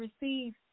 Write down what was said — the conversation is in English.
receive